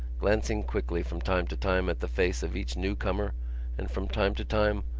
glancing quickly from time to time at the face of each new-comer and from time to time,